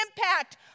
impact